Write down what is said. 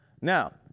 Now